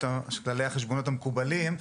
שמבוססת כל כללי החשבונאות המקובלים.